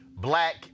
black